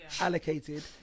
allocated